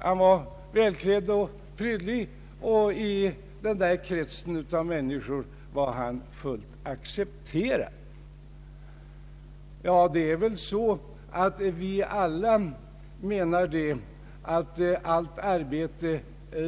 Han var välklädd och trevlig, och i den kretsen av människor var han fullt accepterad. Alla menar vi väl att allt arbete